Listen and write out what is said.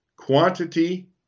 quantity